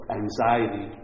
anxiety